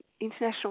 international